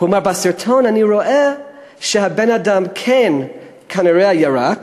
הוא אמר: בסרטון אני רואה שהבן-אדם כן כנראה ירק,